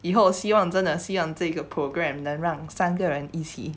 以后希望真的希望这个 program 能让三个人一起